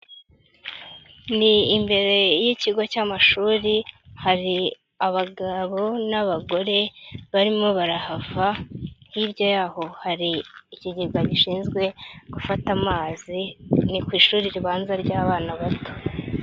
Ni imbere y'ikigo cy'amashuri hari abagabo n'abagore barimo barahava, hirya y'aho hari ikigega gishinzwe gufata amazi ni ku ishuri ribanza ry'abana bato.